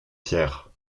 pierre